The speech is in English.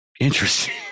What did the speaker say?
Interesting